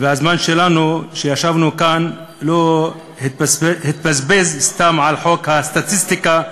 והזמן שלנו שישבנו כאן לא התבזבז סתם על חוק הסטטיסטיקה,